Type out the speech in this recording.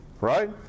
Right